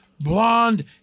blonde